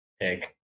Pick